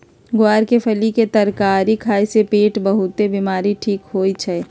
ग्वार के फली के तरकारी खाए से पेट के बहुतेक बीमारी ठीक होई छई